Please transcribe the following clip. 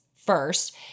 First